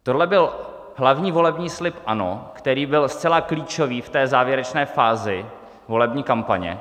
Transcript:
Tohle byl hlavní volební slib ANO, který byl zcela klíčový v té závěrečné fázi volební kampaně.